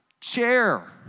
chair